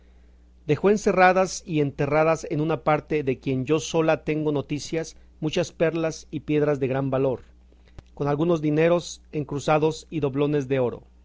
dejó encerradas y enterradas en una parte de quien yo sola tengo noticia muchas perlas y piedras de gran valor con algunos dineros en cruzados y doblones de oro